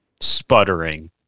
sputtering